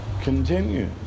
continues